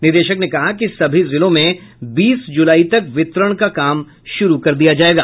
निदेशक ने कहा कि सभी जिलों में बीस जुलाई तक वितरण का काम शुरू कर दिया जायेगा